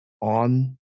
on